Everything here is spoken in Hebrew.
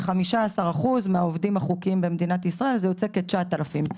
זה 15% מהעובדים החוקיים במדינת ישראל, כ-9,000.